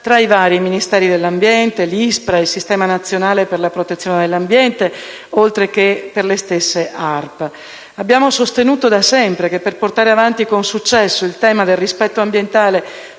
del territorio e del mare, l'ISPRA e il Sistema nazionale per la protezione dell'ambiente, oltre che per le stesse ARPA. Abbiamo da sempre sostenuto che per portare avanti con successo il tema del rispetto ambientale